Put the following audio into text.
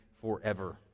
forever